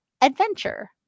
Adventure